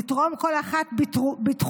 לתרום כל אחת בתחומה,